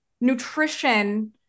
nutrition